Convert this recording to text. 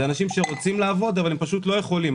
אלו אנשים שרוצים לעבוד אבל הם פשוט לא יכולים.